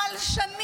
המלשנים